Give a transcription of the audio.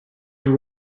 you